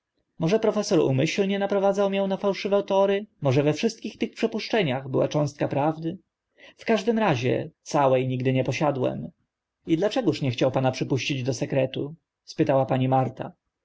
może profesor umyślnie naprowadzał mię na fałszywe tory może we wszystkich tych przypuszczeniach była cząstka prawdy w każdym razie całe nigdy nie posiadłem i dlaczegóż nie chciał pana przypuścić do sekretu spytała pani marta